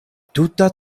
tuta